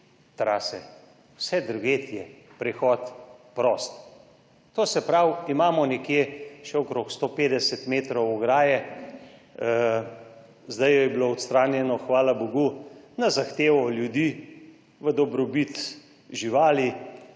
trase, vse drugje je prehod prost. To se pravi, imamo nekje še okrog 150 metrov ograje, zdaj jo je bilo odstranjene - hvala bogu, na zahtevo ljudi, v dobrobit živali,